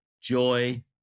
joy